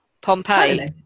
Pompeii